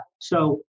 so-